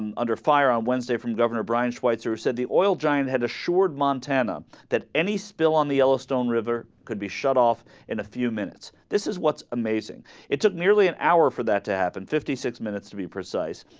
um under fire on wednesday from governor brian schweitzer said the oil giant had a short montana that any still on the yellowstone river could be shut off in a few minutes this is what's amazing it took nearly an hour for that to happen fifty six minutes to be precise